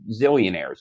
zillionaires